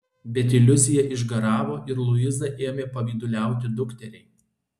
bet iliuzija išgaravo ir luiza ėmė pavyduliauti dukteriai